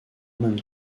même